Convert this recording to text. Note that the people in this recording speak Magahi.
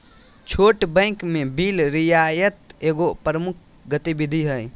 छोट बैंक में बिल रियायत एगो प्रमुख गतिविधि हइ